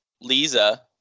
Lisa